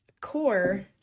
core